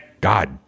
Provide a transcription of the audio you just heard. God